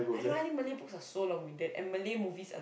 I don't like it Malay books are so long winded and Malay movies also